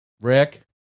Rick